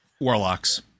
warlocks